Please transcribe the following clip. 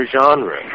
genre